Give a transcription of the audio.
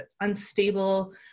unstable